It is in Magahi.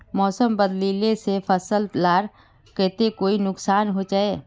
मौसम बदलिले से फसल लार केते कोई नुकसान होचए?